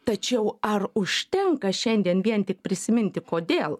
tačiau ar užtenka šiandien vien tik prisiminti kodėl